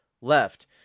left